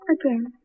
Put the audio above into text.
Again